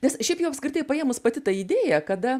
nes šiaip jau apskritai paėmus pati ta idėja kada